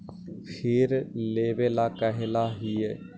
फिर लेवेला कहले हियै?